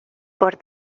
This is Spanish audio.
por